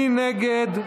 מי נגד?